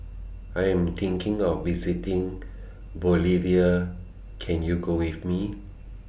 I Am thinking of visiting Bolivia Can YOU Go with Me